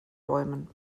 bäumen